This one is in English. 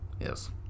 Yes